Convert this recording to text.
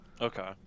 Okay